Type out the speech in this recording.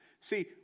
See